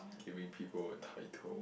giving people a title